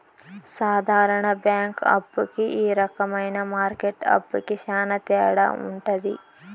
సాధారణ బ్యాంక్ అప్పు కి ఈ రకమైన మార్కెట్ అప్పుకి శ్యాన తేడా ఉంటది